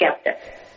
skeptics